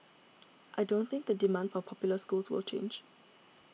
I don't think the demand for popular schools will change